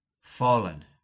fallen